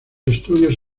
estudios